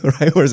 right